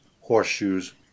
horseshoes